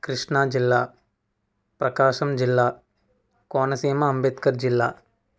క్రిష్ణా జిల్లా ప్రకాశం జిల్లా కోనసీమ అంబేద్కర్ జిల్లా